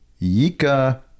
Yika